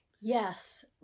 Yes